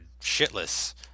shitless